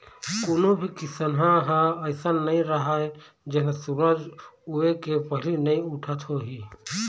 कोनो भी किसनहा ह अइसन नइ राहय जेन ह सूरज उए के पहिली नइ उठत होही